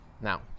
Now